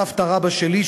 סבתא רבתא שלי,